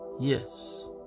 Yes